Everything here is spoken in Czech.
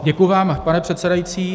Děkuji vám, pane předsedající.